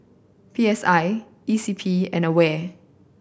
P S I E C P and AWARE